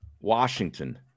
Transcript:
Washington